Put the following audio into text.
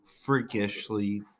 freakishly